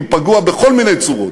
הוא פגוע בכל מיני צורות,